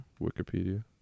Wikipedia